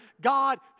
God